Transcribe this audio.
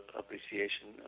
appreciation